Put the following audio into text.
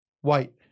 White